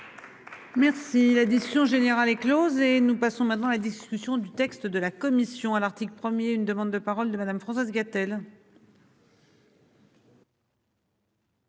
Merci la discussion générale est Close et nous passons maintenant la discussion du texte de la commission à l'article 1er, une demande de parole de madame Françoise Gatel.--